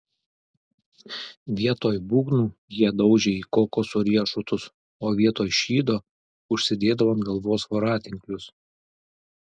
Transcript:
vietoj būgnų jie daužė į kokoso riešutus o vietoj šydo užsidėdavo ant galvos voratinklius